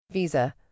Visa